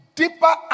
deeper